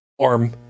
arm